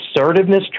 assertiveness